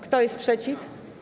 Kto jest przeciw?